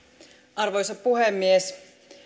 arvoisa puhemies